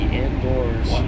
indoors